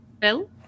bill